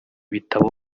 bitabo